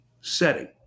setting